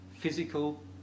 physical